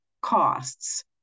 costs